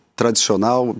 tradicional